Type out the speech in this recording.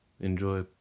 enjoy